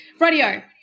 Radio